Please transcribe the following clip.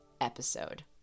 episode